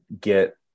get